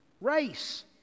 race